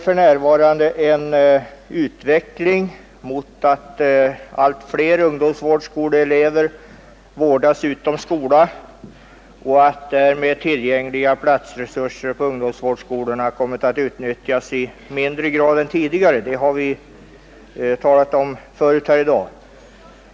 För närvarande sker en utveckling mot att allt fler ungdomsvårdsskoleelever vårdas utom skolan, varigenom tillgängliga platsresurser på ungdom svårdsskolorna kommit att utnyttjas i mindre grad än tidigare. Det har vi talat om förut här i dag.